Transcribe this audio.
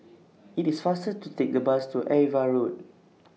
IT IS faster to Take The Bus to AVA Road